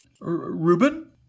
Ruben